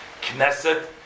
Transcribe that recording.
Knesset